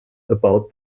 about